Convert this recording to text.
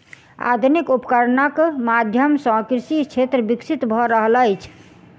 आधुनिक उपकरणक माध्यम सॅ कृषि क्षेत्र विकसित भ रहल अछि